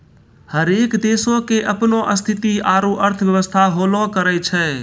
हरेक देशो के अपनो स्थिति आरु अर्थव्यवस्था होलो करै छै